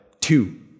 Two